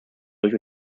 durch